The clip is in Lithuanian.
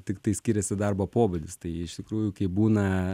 tiktai skiriasi darbo pobūdis tai jie iš tikrųjų kaip būna